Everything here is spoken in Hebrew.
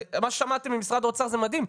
הרי מה ששמעתם ממשרד האוצר זה מדהים.